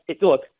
look